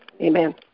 Amen